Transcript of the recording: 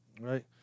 Right